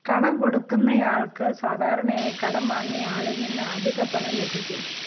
കടം കൊടുക്കുന്നയാൾക്ക് സാധാരണയായി കടം വാങ്ങിയ ആളിൽ നിന്നും അധിക പണം ലഭിക്കും